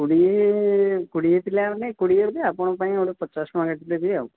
କୋଡ଼ିଏ କୋଡ଼ିଏ ପିଲାମାନେ କୋଡ଼ିଏ ଯେ ଆପଣଙ୍କ ପାଇଁ ଗୋଟେ ପଚାଶ ଟଙ୍କା କାଟିଦେବି ଆଉ